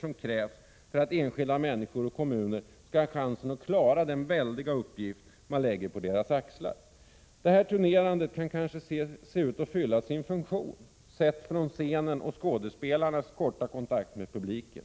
som krävs för att enskilda människor och kommuner skall ha chansen att klara den väldiga uppgift som läggs på deras axlar. Detta turnerande kanske kan synas fylla sin funktion, sett från scenen och skådespelarnas kortvariga kontakt med publiken.